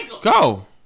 Go